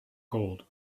gold